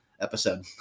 episode